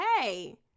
Hey